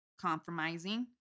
compromising